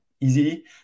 easy